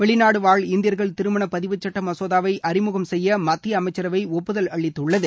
வெளிநாடுவாழ் இந்தியா்கள் திருமன பதிவு சுட்ட மசோதாவை அழிமுகம் செய்ய மத்திய அமைச்சரவை ஒப்புதல் அளித்துள்ளது